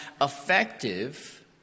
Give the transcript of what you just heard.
effective